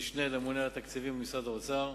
המשנה לממונה על התקציבים במשרד האוצר,